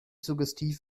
suggestiv